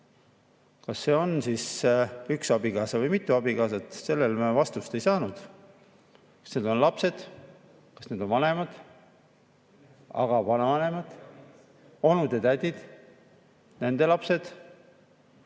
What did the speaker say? Kas see on siis üks abikaasa või mitu abikaasat? Sellele me vastust ei saanud. Kas need on lapsed, kas need on vanemad? Aga vanavanemad, onud-tädid ja nende lapsed?